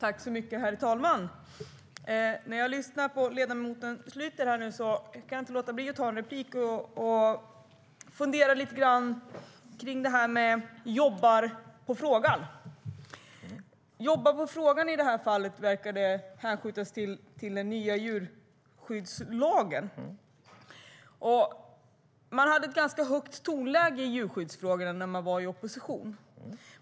Herr talman! När jag lyssnar på ledamoten Schlyter kan jag inte låta bli att ta replik och fundera lite grann på det här med att ni jobbar på frågan. Att jobba på frågan verkar i det här fallet hänskjutas till den nya djurskyddslagen. Ni hade ett ganska högt tonläge i djurskyddsfrågorna när ni var i opposition.